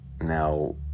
Now